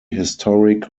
historic